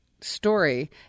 story